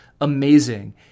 amazing